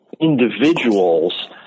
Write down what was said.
individuals